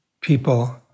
people